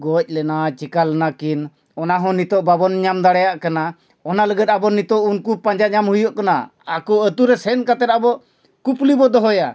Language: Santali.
ᱜᱚᱡ ᱞᱮᱱᱟ ᱪᱤᱠᱟᱹ ᱞᱮᱱᱟ ᱠᱤᱱ ᱚᱱᱟ ᱦᱚᱸ ᱱᱤᱛᱳᱜ ᱵᱟᱵᱚᱱ ᱧᱟᱢ ᱫᱟᱲᱮᱭᱟᱜ ᱠᱟᱱᱟ ᱚᱱᱟ ᱞᱟᱹᱜᱤᱫ ᱟᱵᱚ ᱱᱤᱛᱚᱜ ᱩᱱᱠᱩ ᱯᱟᱸᱡᱟ ᱧᱟᱢ ᱦᱩᱭᱩᱜ ᱠᱟᱱᱟ ᱟᱠᱚ ᱟᱛᱳ ᱨᱮ ᱥᱮᱱ ᱠᱟᱛᱮ ᱟᱵᱚ ᱠᱩᱯᱞᱤ ᱵᱚ ᱫᱚᱦᱚᱭᱟ